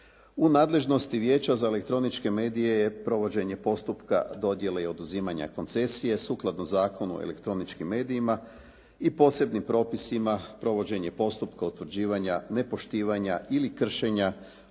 U nadležnosti Vijeća za elektroničke medije je provođenje postupka dodjele i oduzimanja koncesije sukladno Zakonu o elektroničkim medijima i posebnim propisima provođenje postupka utvrđivanja nepoštivanja ili kršenja